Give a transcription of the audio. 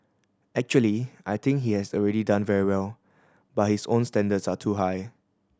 actually I think he has already done very well but his own standards are too high